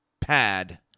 pad